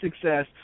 success